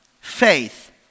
faith